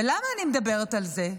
ולמה אני מדברת על זה?